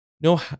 no